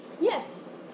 Yes